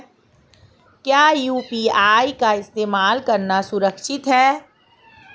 क्या यू.पी.आई का इस्तेमाल करना सुरक्षित है?